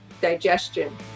digestion